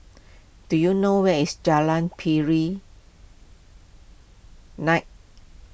do you know where is Jalan Pari Nak